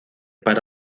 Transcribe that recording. para